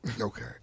Okay